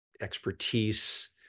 expertise